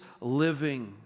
living